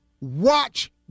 Watch